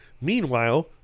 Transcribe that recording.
Meanwhile